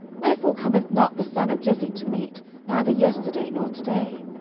wherefore cometh not the son of jesse to meat, neither yesterday, nor to day?